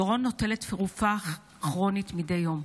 דורון נוטלת תרופה כרונית מדי יום,